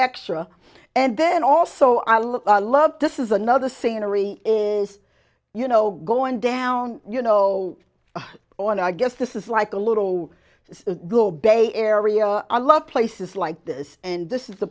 extra and then also i look i love this is another scenery is you know going down you know on i guess this is like a little globe a area i love places like this and this is the